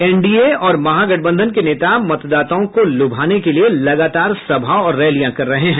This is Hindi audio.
एनडीए और महागठबंधन के नेता मतदाताओं को लुभाने के लिए लगातार सभा और रैलियां कर रहे हैं